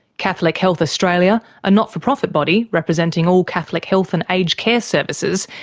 catholic health australia, a not-for-profit body representing all catholic health and aged care services,